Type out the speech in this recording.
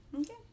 Okay